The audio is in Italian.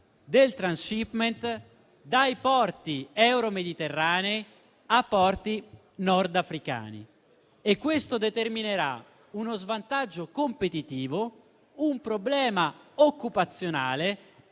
del *transhipment* dai porti euro mediterranei a porti nord africani. Questo determinerà uno svantaggio competitivo, un problema occupazionale